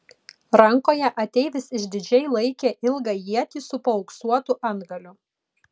rankoje ateivis išdidžiai laikė ilgą ietį su paauksuotu antgaliu